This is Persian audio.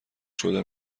شده